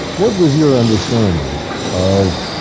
what was your understanding of